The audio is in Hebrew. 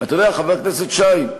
אתה יודע, חבר הכנסת שי,